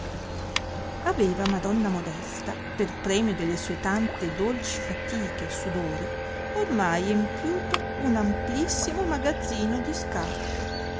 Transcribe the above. aveva madonna modesta per premio delle sue tante dolci fatiche e sudori ornai empiuto un amplissimo magazzino di scarpe